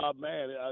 Man